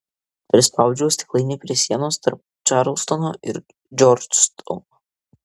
prispaudžiau stiklainį prie sienos tarp čarlstono ir džordžtauno